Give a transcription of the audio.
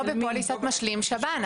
לא בפוליסת משלים שב"ן.